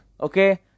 okay